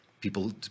people